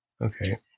Okay